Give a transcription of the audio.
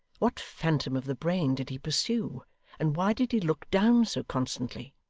what phantom of the brain did he pursue and why did he look down so constantly?